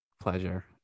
Pleasure